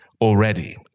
already